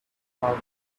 believe